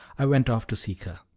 i went off to seek her.